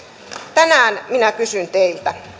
tänään minä kysyn teiltä